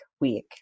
week